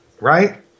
Right